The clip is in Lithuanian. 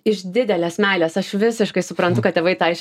iš didelės meilės aš visiškai suprantu kad tėvai tą iš